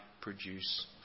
produce